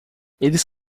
eles